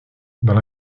dans